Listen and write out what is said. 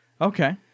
Okay